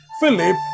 Philip